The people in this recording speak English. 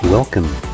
Welcome